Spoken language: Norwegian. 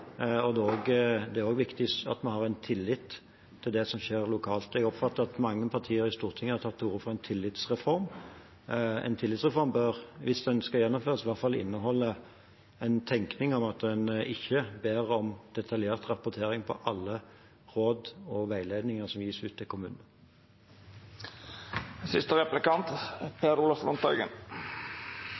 Det er også viktig at vi har tillit til det som skjer lokalt. Jeg oppfatter at mange partier i Stortinget har tatt til orde for en tillitsreform. En tillitsreform bør, hvis den skal gjennomføres, i hvert fall inneholde en tenkning om at en ikke ber om detaljert rapportering på alle råd og veiledninger som gis ut til kommunene.